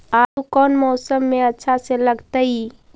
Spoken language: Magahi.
आलू कौन मौसम में अच्छा से लगतैई?